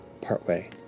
partway